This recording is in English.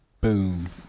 Boom